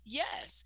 yes